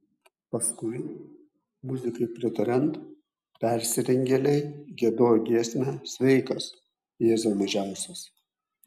paskui muzikai pritariant persirengėliai giedojo giesmę sveikas jėzau mažiausias